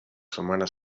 setmana